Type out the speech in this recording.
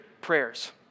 prayers